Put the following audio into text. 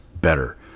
better